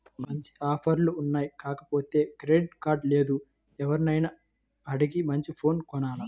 మంచి ఆఫర్లు ఉన్నాయి కాకపోతే క్రెడిట్ కార్డు లేదు, ఎవర్నైనా అడిగి మంచి ఫోను కొనాల